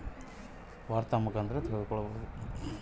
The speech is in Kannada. ನಾನು ಇವತ್ತಿನ ವಾತಾವರಣದ ಬಗ್ಗೆ ತಿಳಿದುಕೊಳ್ಳೋದು ಹೆಂಗೆ?